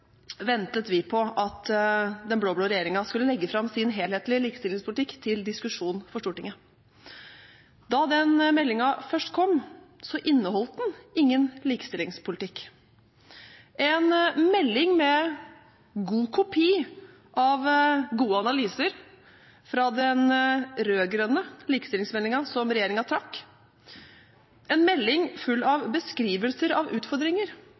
ventet vi på at den blå-blå regjeringen skulle legge fram sin helhetlige likestillingspolitikk til diskusjon for Stortinget. Da den meldingen først kom, inneholdt den ingen likestillingspolitikk. Det var en melding med god kopi av gode analyser fra den rød-grønne likestillingsmeldingen, som regjeringen trakk, en melding full av beskrivelser av utfordringer,